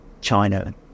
China